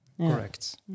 Correct